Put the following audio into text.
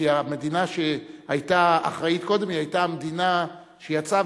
כי המדינה שהיתה אחראית קודם היתה המדינה שיצאה,